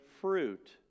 fruit